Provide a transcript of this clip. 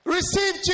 Receive